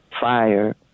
fire